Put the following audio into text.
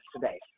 today